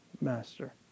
master